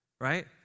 right